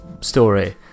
story